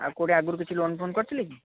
ଆଉ କେଉଁଠି ଆଗରୁ କିଛି ଲୋନ୍ ଫୋନ୍ କରିଥିଲେ କି